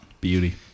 Beauty